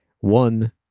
one